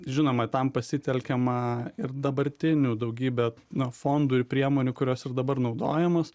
žinoma tam pasitelkiama ir dabartinių daugybė na fondų ir priemonių kurios ir dabar naudojamos